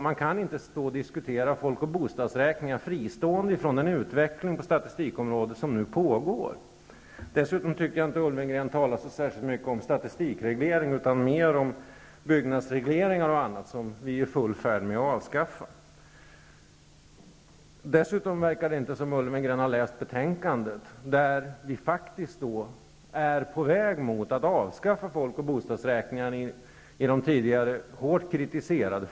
Man kan inte diskutera folk och bostadsräkningar fristående från den utveckling på statistikområdet som nu pågår. Dessutom talade inte Richard Ulfvengren så mycket om statistikreglering, utan han talade mer om byggnadsreglering och annat, som vi ju är i full färd med att avskaffa. Det verkar inte heller som Richard Ulfvengren har läst betänkandet, av vilket det framgår att vi faktiskt är på väg mot att avskaffa folk och bostadsräkningar i de tidigare formerna, som var hårt kritiserade.